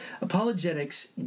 Apologetics